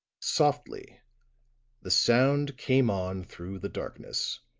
softly the sound came on through the darkness